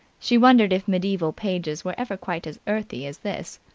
she wondered if medieval pages were ever quite as earthy as this.